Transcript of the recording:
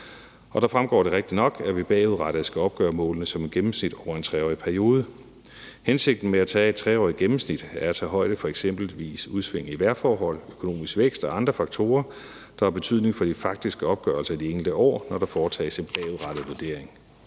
Og der fremgår det rigtigt nok, at vi bagudrettet skal opgøre målene som et gennemsnit over en 3-årig periode. Hensigten med at tage et 3-årigt gennemsnit er at tage højde for eksempelvis udsving i vejrforhold, økonomisk vækst og andre faktorer, der har betydning for de faktiske opgørelser alene det år, når der foretages en bagudrettet vurdering.